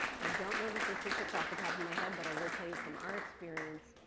i don't know the statistics off the top of my head. but i will tell you from our experience,